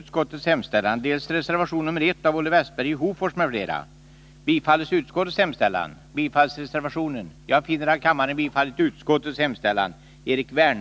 Om inte minst tre fjärdedelar av de röstande och mer än hälften av kammarens ledamöter röstar ja, har kammaren avslagit utskottets hemställan.